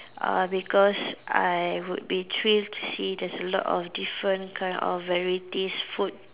uh because I would be thrilled see there's a lot of different kind of varieties food